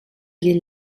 die